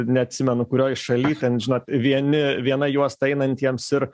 neatsimenu kurioj šaly ten žinot vieni viena juosta einantiems ir